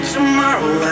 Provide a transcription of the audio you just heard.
Tomorrow